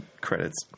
Credits